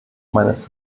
meines